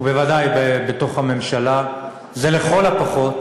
ובוודאי בתוך הממשלה, זה לכל הפחות